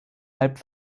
halb